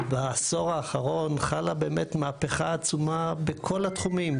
אבל בעשור האחרון חלה באמת מהפכה עצומה בכל התחומים,